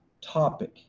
topic